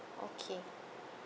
okay